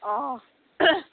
অঁ